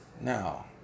Now